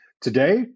Today